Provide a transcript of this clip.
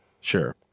Sure